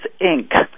Inc